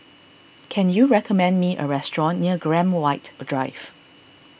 can you recommend me a restaurant near Graham White Drive